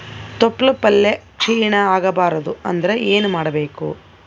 ತೊಪ್ಲಪಲ್ಯ ಕ್ಷೀಣ ಆಗಬಾರದು ಅಂದ್ರ ಏನ ಮಾಡಬೇಕು?